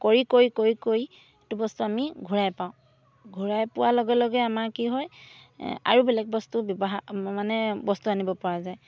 কৰি কৰি কৰি কৰি এইটো বস্তু আমি ঘূৰাই পাওঁ ঘূৰাই পোৱাৰ লগে লগে আমাৰ কি হয় আৰু বেলেগ বস্তু ব্যৱহাৰ মানে বস্তু আনিব পৰা যায়